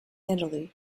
italy